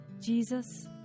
Jesus